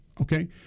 Okay